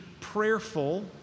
prayerful